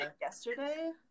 yesterday